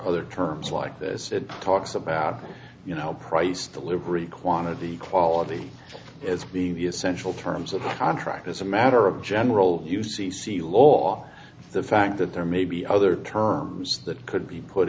other terms like this it talks about you know price delivery quantity quality as the essential terms of the contract as a matter of general u c c law the fact that there may be other terms that could be put